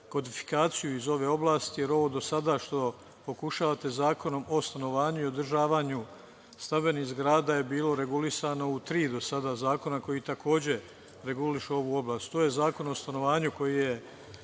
kodifikaciju iz ove oblasti, jer ovo do sada što pokušavate Zakonom o stanovanju i održavanju stambenih zgrada je bilo regulisano u tri do sada zakona koji takođe regulišu ovu oblast. To je Zakon o stanovanju koji je